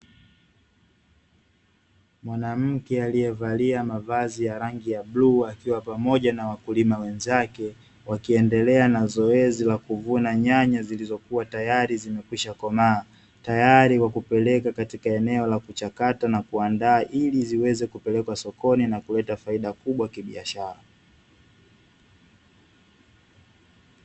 Mwanamke aliyevalia mavazi ya rangi ya bluu akiwa pamoja na wakulima wenzake, wakiendelea na zoezi la kuvuna nyanya zilizokuwa tayari zimekwisha komaa. Tayar kwa kupeleka katika eneo la kuchakata na kuandaa, ili ziweze kupelekwa sokoni na kuleta faida kubwa kibiashara .